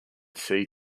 sea